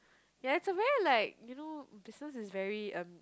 ya it's a very like you know business is very um